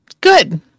good